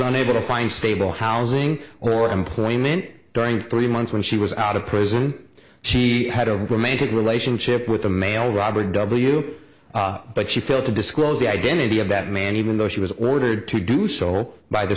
unable to find stable housing or employment during three months when she was out of prison she had a romantic relationship with a male robert w but she failed to disclose the identity of that man even though she was ordered to do so by the